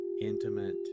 intimate